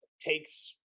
takes